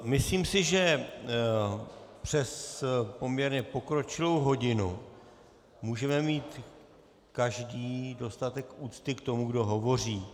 Myslím si, že přes poměrně pokročilou hodinu můžeme mít každý dostatek úcty k tomu, kdo hovoří.